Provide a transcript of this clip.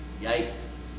Yikes